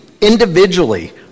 individually